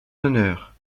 honneur